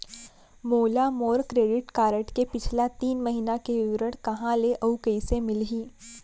मोला मोर credit card के पिछला तीन महीना के विवरण कहाँ ले अऊ कइसे मिलही?